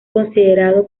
considerado